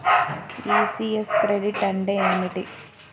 ECS credit అంటే ఏమిటి?